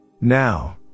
now